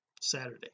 Saturday